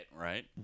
right